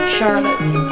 Charlotte